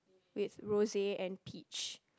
with rose and peach